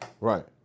right